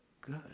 good